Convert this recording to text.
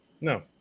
No